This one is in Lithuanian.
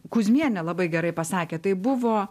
kuzmienę labai gerai pasakė tai buvo